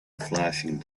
flashing